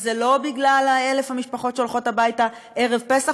זה לא בגלל 1,000 המשפחות שהולכות הביתה ערב פסח,